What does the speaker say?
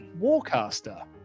Warcaster